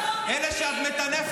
מה אתה לא מבין?